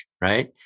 right